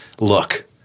look